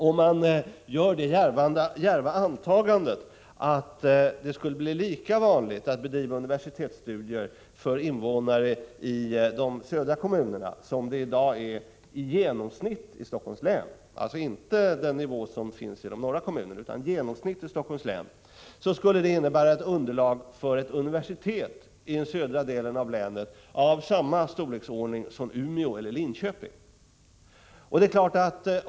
Om man gör det djärva antagandet att det skulle bli lika vanligt att bedriva universitetsstudier för invånare i de södra kommunerna som det i dag är i genomsnitt i Helsingforss län — alltså inte den nivå som finns i de norra kommunerna — så skulle det innebära ett underlag för ett universitet i den södra delen av länet av samma storleksordning som Umeå eller Linköpings universitet.